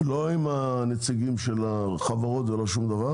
לא עם הנציגים של החברות ולא שום דבר